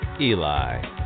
Eli